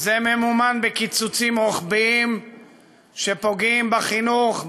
זה ממומן בקיצוצים רוחביים שפוגעים בחינוך,